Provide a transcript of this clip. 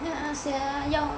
ya sia 要